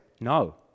no